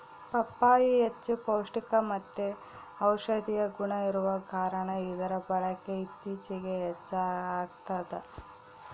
ಪಪ್ಪಾಯಿ ಹೆಚ್ಚು ಪೌಷ್ಟಿಕಮತ್ತೆ ಔಷದಿಯ ಗುಣ ಇರುವ ಕಾರಣ ಇದರ ಬಳಕೆ ಇತ್ತೀಚಿಗೆ ಹೆಚ್ಚಾಗ್ತದ